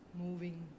moving